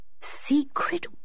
secret